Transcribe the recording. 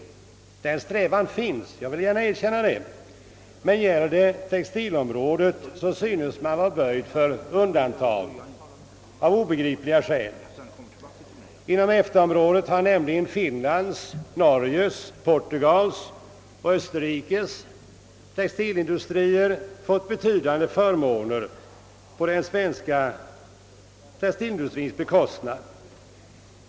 En sådan strävan finns, men gäller det textilområdet synes man vara böjd att göra undantag — av obegripliga skäl. Inom EFTA-området har nämligen Finlands, Portugals och Österrikes textilindustrier fått betydande förmåner på den svenska textilindustriens bekostnad.